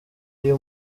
iyo